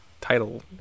title